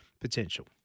potential